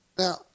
Now